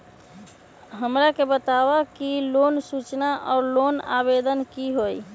हमरा के बताव कि लोन सूचना और लोन आवेदन की होई?